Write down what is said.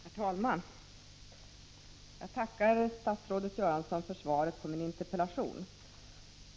Herr talman! Jag tackar statsrådet Göransson för svaret på min interpellation.